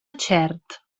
xert